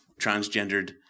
transgendered